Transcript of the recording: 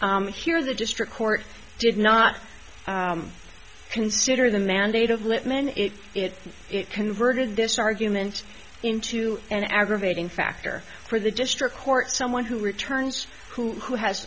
here the district court did not consider the mandate of lipmann it it converted this argument into an aggravating factor for the district court someone who returns who who has